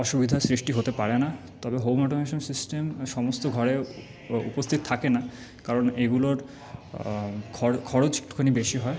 অসুবিধা সৃষ্টি হতে পারে না তবে হোম অটোমেশান সিস্টেম সমস্ত ঘরে উপস্থিত থাকে না কারণ এগুলোর খরচ একটুখানি বেশি হয়